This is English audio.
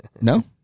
no